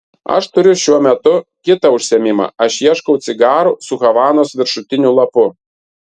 aš turiu šiuo metu kitą užsiėmimą aš ieškau cigarų su havanos viršutiniu lapu